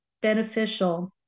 beneficial